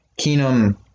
Keenum